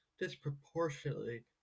disproportionately